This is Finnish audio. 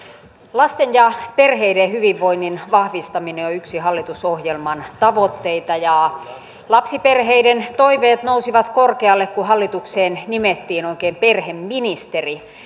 lasten ja perheiden hyvinvoinnin vahvistaminen on yksi hallitusohjelman tavoitteita ja lapsiperheiden toiveet nousivat korkealle kun hallitukseen nimettiin oikein perheministeri